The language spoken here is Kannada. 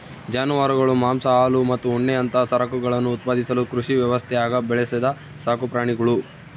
ಜಾನುವಾರುಗಳು ಮಾಂಸ ಹಾಲು ಮತ್ತು ಉಣ್ಣೆಯಂತಹ ಸರಕುಗಳನ್ನು ಉತ್ಪಾದಿಸಲು ಕೃಷಿ ವ್ಯವಸ್ಥ್ಯಾಗ ಬೆಳೆಸಿದ ಸಾಕುಪ್ರಾಣಿಗುಳು